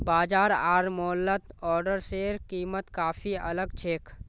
बाजार आर मॉलत ओट्सेर कीमत काफी अलग छेक